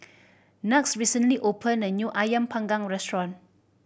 Knox recently opened a new Ayam Panggang restaurant